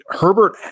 Herbert